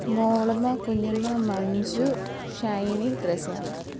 Molamma Kunjamma Manju Shiny Thresiamma